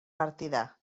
partida